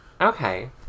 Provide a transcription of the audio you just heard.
Okay